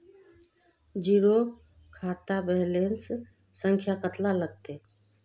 Zero खाता balance संख्या कतला लगते?